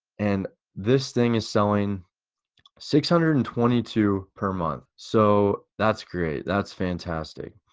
and this thing is selling six hundred and twenty two per month. so that's great, that's fantastic.